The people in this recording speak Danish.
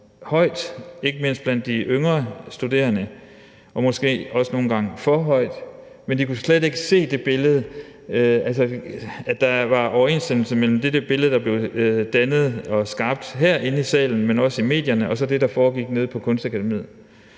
højt, ikke mindst blandt de yngre studerende, og måske også nogle gange for højt, men de kunne slet ikke se, at der var overensstemmelse mellem det billede, der blev skabt herinde i salen, men også i medierne, og så det, der foregik på Kunstakademiet.